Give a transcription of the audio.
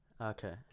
Okay